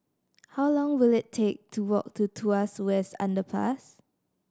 how long will it take to walk to Tuas West Underpass